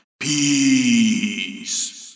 Peace